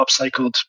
upcycled